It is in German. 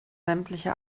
sämtliche